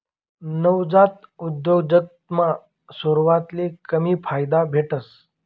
नवजात उद्योजकतामा सुरवातले कमी फायदा भेटस